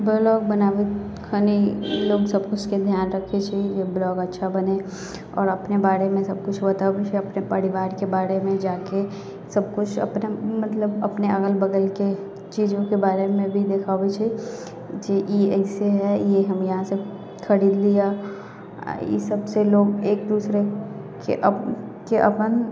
blog बनाबै खनि लोक सब उसके ध्यान रख्खे छै जे ब्लॉग अच्छा बनै आओर अपने बारेमे सब किछु बताबै छै अपना परिवारके बारेमे जाकऽ सब किछु मतलब अपने अगल बगलके चिजोके बारेमे भी देखाबै छै जे ई अइसे है ई हम यहाँसँ खरीदलियै आओर ई सबसँ लोक एक दूसरेके के अपन